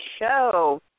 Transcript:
show